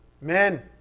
Men